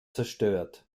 zerstört